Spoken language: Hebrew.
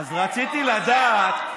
אז רציתי לדעת,